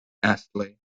astley